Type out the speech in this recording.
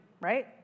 right